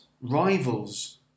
rivals